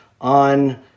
on